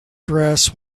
dress